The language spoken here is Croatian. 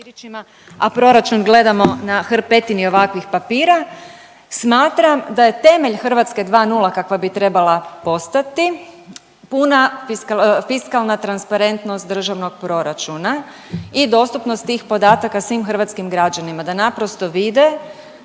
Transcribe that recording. a proračun gledamo na hrpetini ovakvih papira smatram da je temelj Hrvatske dva nula kakva bi trebala postati puna fiskalna transparentnost državnog proračuna i dostupnost tih podataka svim hrvatskim građanima da naprosto vide